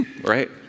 right